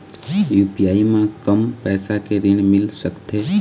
UPI म कम पैसा के ऋण मिल सकथे?